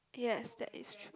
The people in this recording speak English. yes that is true